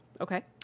Okay